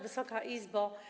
Wysoka Izbo!